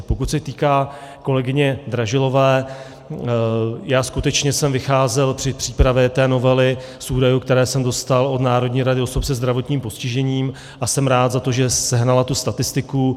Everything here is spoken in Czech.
Pokud se týká kolegyně Dražilové, já skutečně jsem vycházel při přípravě té novely z údajů, které jsem dostal od Národní rady osob se zdravotním postižením, a jsem rád za to, že sehnala tu statistiku.